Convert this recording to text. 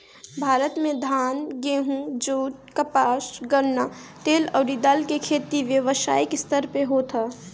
भारत में धान, गेंहू, जुट, कपास, गन्ना, तेल अउरी दाल के खेती व्यावसायिक स्तर पे होत ह